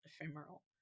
ephemeral